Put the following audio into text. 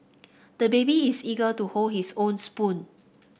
the baby is eager to hold his own spoon